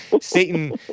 satan